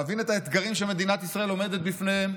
להבין את האתגרים שמדינת ישראל עומדת בפניהם,